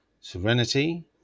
Serenity